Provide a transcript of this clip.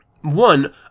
one